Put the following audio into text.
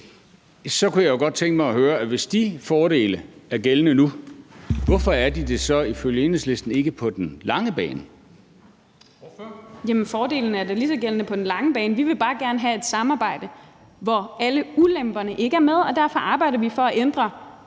Så kunne jeg godt tænke mig at høre: Hvis de fordele er gældende nu, hvorfor er de så ifølge Enhedslisten ikke det på den lange bane? Kl. 15:10 Formanden : Ordføreren. Kl. 15:10 Mai Villadsen (EL) : Jamen fordelene er da lige så gældende på den lange bane. Vi vil bare gerne have et samarbejde, hvor alle ulemperne ikke er med, og derfor arbejder vi for at ændre